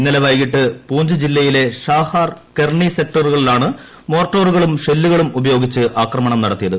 ഇന്നലെ വൈകിട്ടു് പൂഞ്ച് ജില്ലയിലെ ഷാഹ്പൂർ കെർണി സെക്ടറുകളിലാണ് മ്മേർട്ടോറുകളും ഷെല്ലുകളും ഉപയോഗിച്ച് ആക്രമണം നടത്തിയത്